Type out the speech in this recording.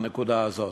הנקודה הזאת.